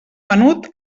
menut